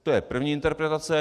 To je první interpretace.